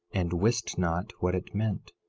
and wist not what it meant,